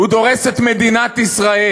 הוא דורס את מדינת ישראל.